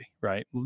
right